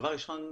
דבר ראשון,